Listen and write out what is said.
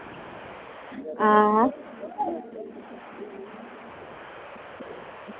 हां